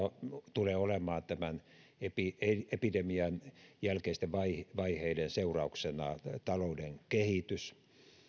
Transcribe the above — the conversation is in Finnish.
tulee olemaan epidemian jälkeisten vaiheiden vaiheiden seurauksena talouden kehitys